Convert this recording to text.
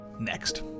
next